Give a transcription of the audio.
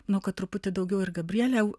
nu kad truputį daugiau ir gabrielė